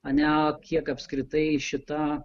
a ne ak kiek apskritai šita